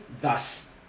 thus-